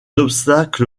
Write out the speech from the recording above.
obstacle